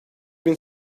bin